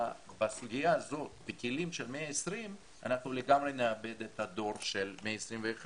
בסוגיה הזאת בכלים של המאה ה-20 אנחנו לגמרי נאבד את הדור של המאה ה-21,